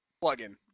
plug-in